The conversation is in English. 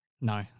No